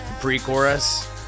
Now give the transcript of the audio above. pre-chorus